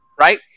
right